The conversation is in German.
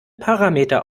parameter